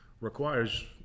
requires